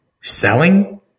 selling